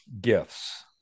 gifts